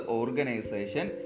organization